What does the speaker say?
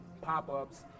pop-ups